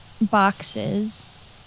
boxes